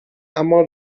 اما